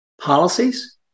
policies